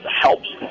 helps